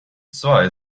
zwei